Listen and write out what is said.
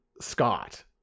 Scott